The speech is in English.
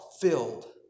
filled